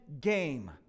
game